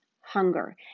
hunger